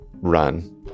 run